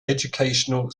educational